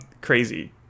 Crazy